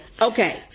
okay